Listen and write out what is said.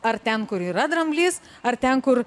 ar ten kur yra dramblys ar ten kur